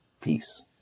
peace